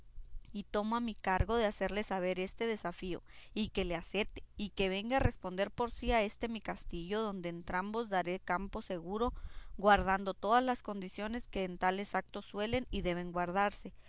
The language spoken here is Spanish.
y tomo a mi cargo de hacerle saber este desafío y que le acete y venga a responder por sí a este mi castillo donde a entrambos daré campo seguro guardando todas las condiciones que en tales actos suelen y deben guardarse